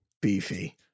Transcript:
beefy